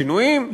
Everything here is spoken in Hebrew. שינויים,